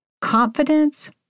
confidence